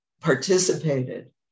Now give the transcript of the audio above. participated